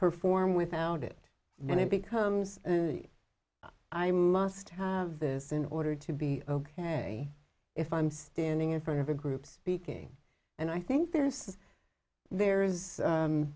perform without it and it becomes i must have this in order to be ok if i'm standing in front of a group speaking and i think there is there is